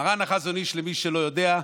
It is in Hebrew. מרן החזון איש, למי שלא יודע,